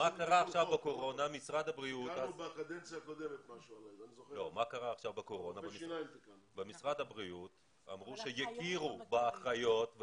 משרד הבריאות אמר שיכירו באחיות,